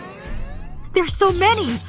there are so many!